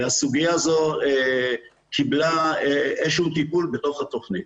והסוגיה הזאת קיבלה טיפול בתוך התוכנית.